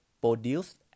produced